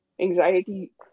anxiety